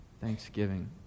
Thanksgiving